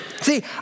See